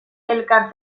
elkar